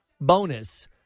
bonus